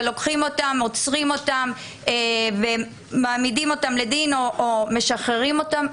עוצרים אותם ומעמידים אותם לדין או משחררים אותם.